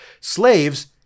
Slaves